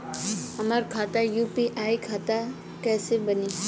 हमार खाता यू.पी.आई खाता कइसे बनी?